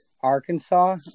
Arkansas